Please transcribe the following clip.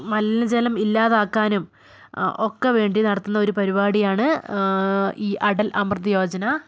മലിന ജലം ഇല്ലാതാക്കാനും ഒക്കെ വേണ്ടി നടത്തുന്ന ഒരു പരിപാടിയാണ് ഈ അടൽ അമൃത് യോജന